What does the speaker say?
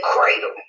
cradle